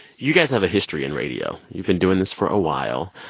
you guys have a history in radio. you've been doing this for a while.